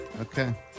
Okay